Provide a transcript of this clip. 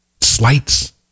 slights